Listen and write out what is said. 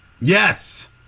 Yes